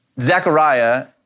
Zechariah